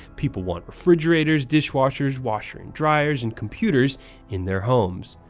people want refrigerators, dishwashers, washer and dryers, and computers in their homes,